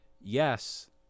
yes